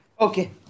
Okay